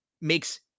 makes